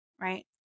right